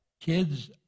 kids